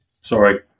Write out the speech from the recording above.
Sorry